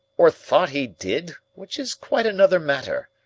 or thought he did, which is quite another matter.